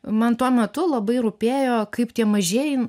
man tuo metu labai rūpėjo kaip tie mažieji